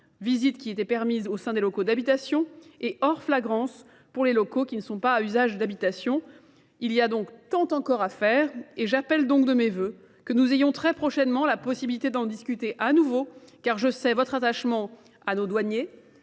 visite qui était permise au sein des locaux d'habitation et hors flagrance pour les locaux qui ne sont pas à usage d'habitation Il y a donc tant encore à faire et j'appelle donc de mes voeux que nous ayons très prochainement la possibilité d'en discuter à nouveau car je sais votre attachement à nos douaniers,